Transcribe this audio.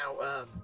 now